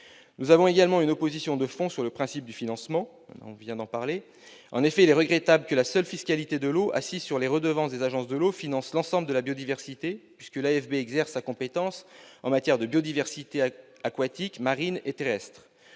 Nous avons également une opposition de fond sur le principe du financement. En effet, il est regrettable que la seule fiscalité de l'eau, assise sur les redevances des agences de l'eau, finance l'ensemble de la biodiversité, alors que l'AFB exerce sa compétence dans les domaines aquatique, marin et terrestre.